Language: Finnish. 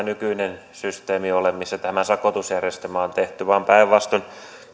nykyinen systeemi missä tämä sakotusjärjestelmä on tehty ole nykyhallituksen linja vaan päinvastoin